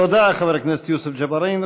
תודה לחבר הכנסת יוסף ג'בארין.